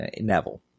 Neville